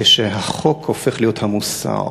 כשהחוק הופך להיות המוסר,